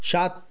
সাত